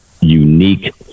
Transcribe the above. unique